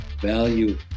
value